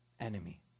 enemy